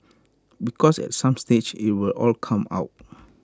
because at some stage IT will all come out